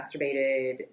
masturbated